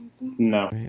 No